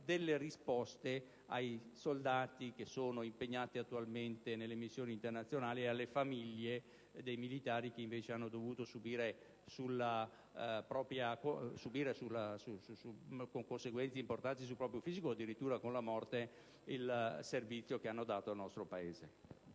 delle risposte ai soldati che sono impegnati attualmente nelle missioni internazionali e alle famiglie dei militari che invece hanno dovuto subire conseguenze importanti sul proprio fisico, o addirittura la morte per il servizio che hanno dato al nostro Paese.